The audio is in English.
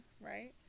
right